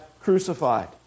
crucified